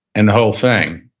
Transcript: and whole thing.